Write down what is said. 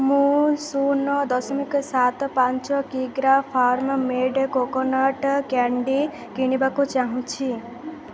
ମୁଁ ଶୂନ ଦଶମିକ ସାତ ପାଞ୍ଚ କିଗ୍ରା ଫାର୍ମ୍ ମେଡ଼୍ କୋକୋନଟ୍ କ୍ୟାଣ୍ଡି କିଣିବାକୁ ଚାହୁଁଛି